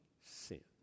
sin